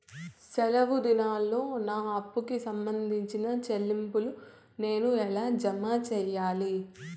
సెలవు దినాల్లో నా అప్పుకి సంబంధించిన చెల్లింపులు నేను ఎలా జామ సెయ్యాలి?